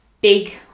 big